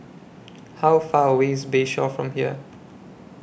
How Far away IS Bayshore from here